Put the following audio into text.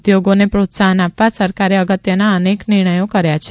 ઉદ્યોગોને પ્રોત્સાહન આપવા સરકારે અગત્યના અનેક નિર્ણયો કર્યા છે